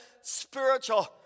spiritual